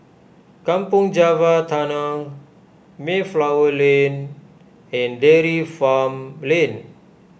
Kampong Java Tunnel Mayflower Lane and Dairy Farm Lane